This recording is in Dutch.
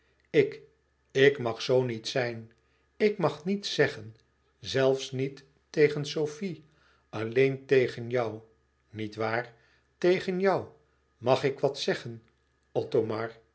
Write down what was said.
ik ik mag zoo niet zijn ik mag niets zeggen niets zelfs niet tegen sofie alleen tegen jou niet waar tegen jou màg ik wat zeggen